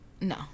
No